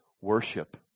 worship